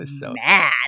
mad